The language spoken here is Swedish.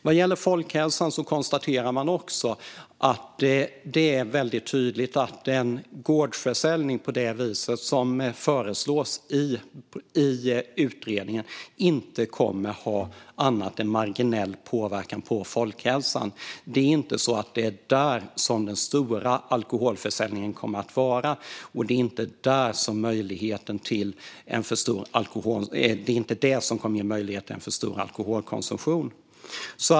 Vad gäller folkhälsan konstaterar man också att det är väldigt tydligt att en gårdsförsäljning på det viset som föreslås i utredningen inte kommer att ha annat än en marginell påverkan på folkhälsan. Det är inte där den stora alkoholförsäljningen kommer att ske. Det är inte det som kommer att ge möjlighet till en stor alkoholkonsumtion.